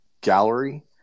gallery